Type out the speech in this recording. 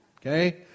okay